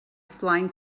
flying